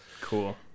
Cool